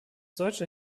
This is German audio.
deutsche